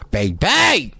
Baby